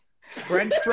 french